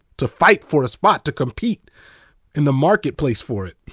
to fight for a spot, to compete in the marketplace for it,